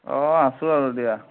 অঁ আছোঁ আৰু দিয়া